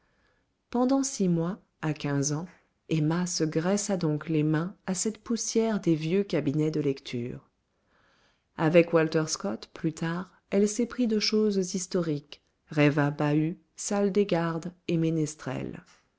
pendant six mois à quinze ans emma se graissa donc les mains à cette poussière des vieux cabinets de lecture avec walter scott plus tard elle s'éprit de choses historiques rêva bahuts salle des gardes et ménestrels